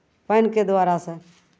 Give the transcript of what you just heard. पानिके द्वारासँ